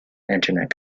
internet